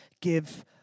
give